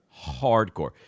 Hardcore